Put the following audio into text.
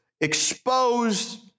exposed